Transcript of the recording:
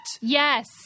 Yes